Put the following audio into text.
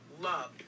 love